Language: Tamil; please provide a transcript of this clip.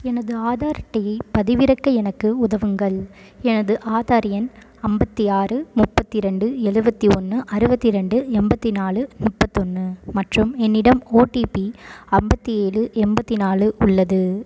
எனது ஆதார் அட்டையைப் பதிவிறக்க எனக்கு உதவுங்கள் எனது ஆதார் எண் ஐம்பத்தி ஆறு முப்பத்தி ரெண்டு எழுபத்தி ஒன்று அறுபத்தி ரெண்டு எண்பத்தி நாலு முப்பத்தொன்று மற்றும் என்னிடம் ஓடிபி ஐம்பத்தி ஏழு எண்பத்தி நாலு உள்ளது